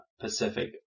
Pacific